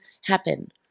happen